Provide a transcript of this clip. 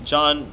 John